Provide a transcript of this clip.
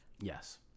Yes